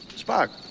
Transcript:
spock.